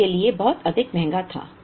बहुत के लिए बहुत अधिक महंगा था